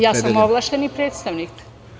Ja sam ovlašćeni predstavnik.